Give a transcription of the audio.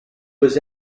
was